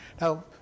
Now